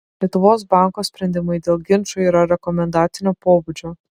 lietuvos banko sprendimai dėl ginčų yra rekomendacinio pobūdžio